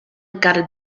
gutted